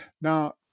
Now